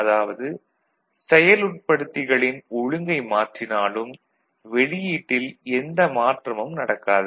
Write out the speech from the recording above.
அதாவது செயலுட்படுத்திகளின் ஒழுங்கை மாற்றினாலும் வெளியீட்டில் எந்த மாற்றமும் நடக்காது